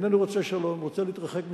איננו רוצה שלום, רוצה להתרחק משלום.